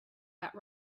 that